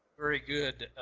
very good,